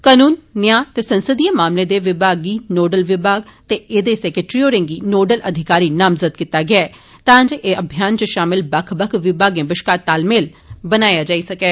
कानून न्याय ते संसदीय मामलें दे विभाग गी नोडल विभाग ते एह्दे सैक्रेटरी होरें गी नोडल अधिकारी नामज़द कींता गेआ ऐ तां जे अभियान च शामिल बक्ख बक्ख विभागें बश्कार तालमेल बनाया जाई सकै